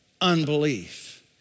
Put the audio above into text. unbelief